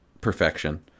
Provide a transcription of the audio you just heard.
perfection